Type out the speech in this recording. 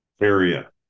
area